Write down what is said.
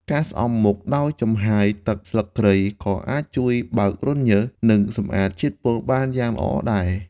ការស្អំមុខដោយចំហាយទឹកស្លឹកគ្រៃក៏អាចជួយបើករន្ធញើស និងសម្អាតជាតិពុលបានយ៉ាងល្អដែរ។